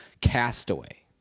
Castaway